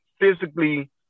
physically